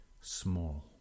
small